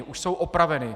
Už jsou opraveny.